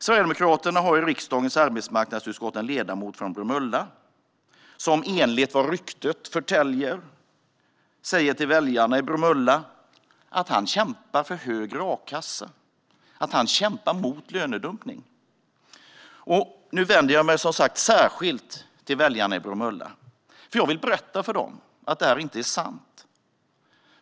Sverigedemokraterna har i riksdagens arbetsmarknadsutskott en ledamot från Bromölla som enligt vad ryktet förtäljer säger till väljarna i Bromölla att han kämpar för högre a-kassa och mot lönedumpning. Nu vänder jag mig som sagt särskilt till väljarna i Bromölla, för jag vill berätta för dem att detta inte är sant.